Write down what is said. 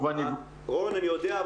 רון, אני יודע.